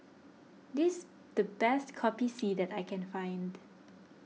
this the best Kopi C that I can find